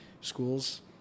schools